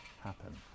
happen